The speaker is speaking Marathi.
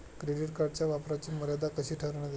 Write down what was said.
क्रेडिट कार्डच्या वापराची मर्यादा कशी ठरविण्यात येते?